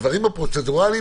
הדברים הפרוצדורליים,